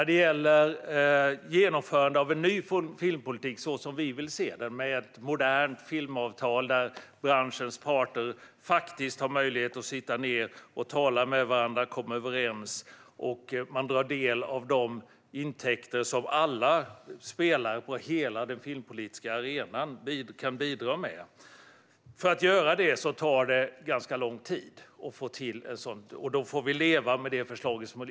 Ett genomförande av en ny filmpolitik så som vi vill se den - med ett modernt filmavtal där branschens parter faktiskt har möjlighet att sitta ned och tala med varandra och komma överens, och där man får del av de intäkter som alla spelare på hela den filmpolitiska arenan kan bidra med - tar ganska lång tid. Då får vi leva med det förslag som finns.